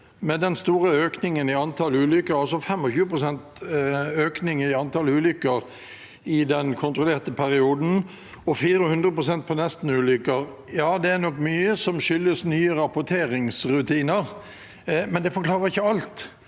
med den store økningen i antall ulykker – altså 25 pst. økning i antall ulykker i den kontrollerte perioden og 400 pst. på nestenulykker. Ja, det er nok mye som skyldes nye rapporteringsrutiner, men det forklarer ikke alt.